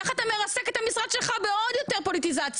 איך אתה מרסק את המשרד שלך בעוד יותר פוליטיזציה?